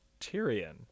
Tyrion